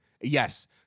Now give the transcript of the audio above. Yes